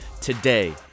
Today